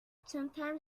sometimes